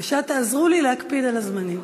בבקשה תעזרו לי להקפיד על הזמנים.